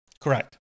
Correct